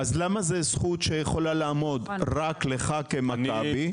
אז למה זו זכות שיכולה לעמוד רק לך כמכבי?